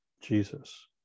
Jesus